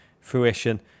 fruition